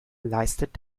leistet